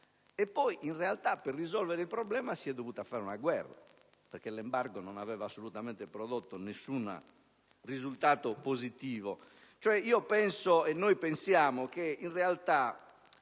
Poi, in realtà, per risolvere il problema si è dovuto fare una guerra perché l'embargo non aveva prodotto alcun risultato positivo.